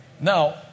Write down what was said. Now